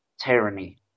tyranny